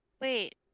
wait